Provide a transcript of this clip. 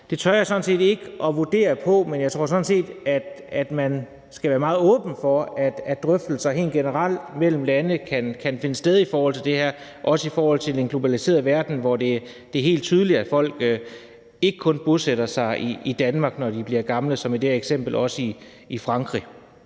ej, tør jeg ikke at vurdere, men jeg tror sådan set, at man skal være meget åben over for, at drøftelser helt generelt mellem lande kan finde sted i forhold til det her, og også i forhold til den globaliserede verden, hvor det er helt tydeligt, at folk ikke kun bosætter sig i Danmark, når de bliver gamle, men som i det her eksempel også i Frankrig.